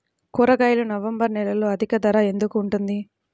కూరగాయలు నవంబర్ నెలలో అధిక ధర ఎందుకు ఉంటుంది?